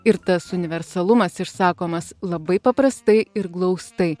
ir tas universalumas išsakomas labai paprastai ir glaustai